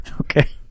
Okay